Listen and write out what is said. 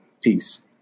Peace